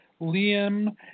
liam